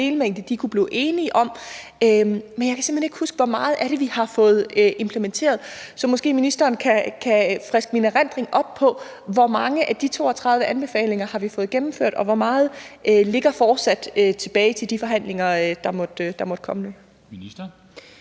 en delmængde, de kunne blive enige om. Men jeg kan simpelt hen ikke huske, hvor meget af det vi har fået implementeret. Så måske ministeren kan friske min erindring op i forhold til, hvor mange af de 32 anbefalinger vi har fået gennemført, og hvor meget der fortsat ligger tilbage til de forhandlinger, der måtte komme nu?